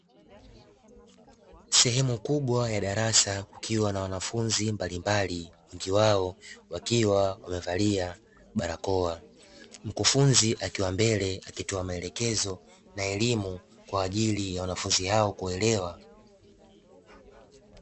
Sehemu kubwa ya darasa kukiwa na wanafunzi mbalimbali wengi wao wakiwa wamevalia barakoha. Mkufunzi akiwa mbele akitoa maelekezo na elimu kwa ajili ya wanafunzi hao kuelewa.